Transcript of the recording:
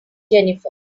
jennifer